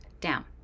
down